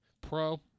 pro